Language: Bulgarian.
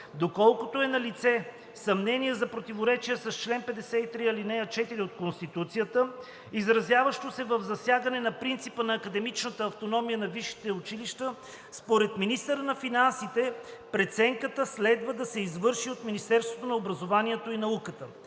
Доколкото е налице съмнение за противоречие с чл. 53, ал. 4 от Конституцията, изразяващо се в засягане на принципа на академичната автономия на висшите училища, според министъра на финансите преценката следва да се извърши от Министерството на образованието и науката.